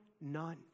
none